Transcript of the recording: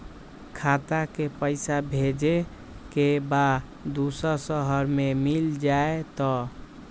खाता के पईसा भेजेए के बा दुसर शहर में मिल जाए त?